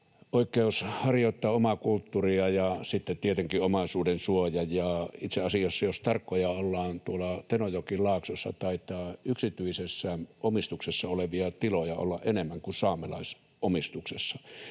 oikeus harjoittaa omaa kulttuuria, ja sitten tietenkin omaisuudensuoja, ja itse asiassa, jos tarkkoja ollaan, tuolla Tenojokilaaksossa taitaa yksityisessä omistuksessa olevia tiloja olla enemmän kuin saamelaisomistuksessa.